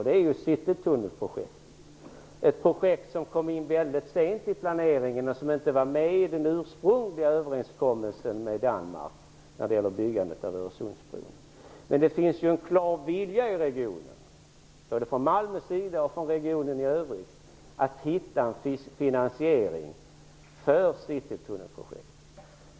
Det är citytunnelprojektet, som kom in väldigt sent i planeringen och som inte var med i den ursprungliga överenskommelsen med Danmark. Men det finns en klar vilja i regionen, både från Malmös sida och från regionen i övrigt, att hitta en finansiering för citytunnelprojektet.